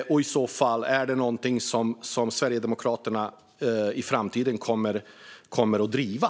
Är det i så fall någonting som Sverigedemokraterna i framtiden kommer att driva?